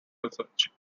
research